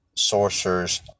sorcerers